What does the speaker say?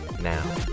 now